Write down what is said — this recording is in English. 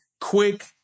quick